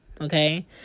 okay